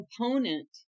component